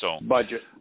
Budget